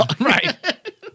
Right